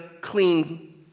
clean